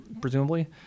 presumably